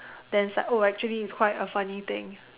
then like oh actually it's quite a funny thing